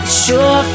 sure